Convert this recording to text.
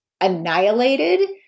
annihilated